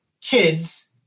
kids